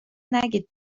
نگید